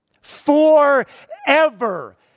Forever